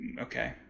okay